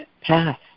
pass